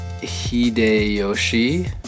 Hideyoshi